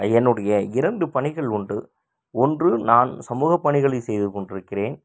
என்னுடைய இரண்டு பணிகள் உண்டு ஒன்று நான் சமூகப்பணிகளை செய்துக்கொண்டிருக்கிறேன்